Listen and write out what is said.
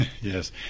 Yes